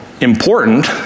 important